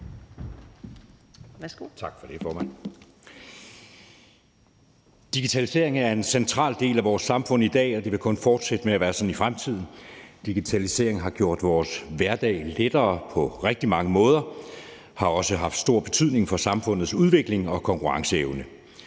Digitalisering er en central del af vores samfund i dag, og det vil kun fortsætte med at være sådan i fremtiden. Digitalisering har gjort vores hverdag lettere på rigtig mange måder og har også haft stor betydning for samfundets udvikling og konkurrenceevne.